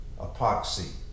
epoxy